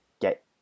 get